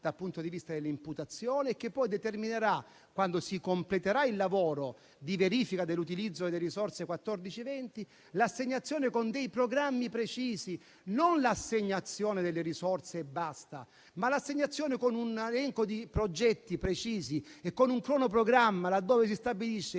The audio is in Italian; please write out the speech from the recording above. dal punto di vista dell'imputazione e che poi determinerà, quando si completerà il lavoro di verifica dell'utilizzo delle risorse 2014-2020, l'assegnazione con dei programmi precisi: non si limiterà alla sola assegnazione delle risorse, ma la accompagnerà a un elenco di progetti precisi e a un cronoprogramma in cui si stabilisce